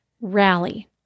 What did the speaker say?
rally